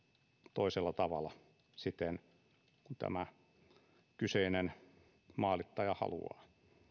toisella tavalla siten kuin tämä kyseinen maalittaja haluaa